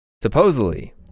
Supposedly